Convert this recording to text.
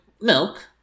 Milk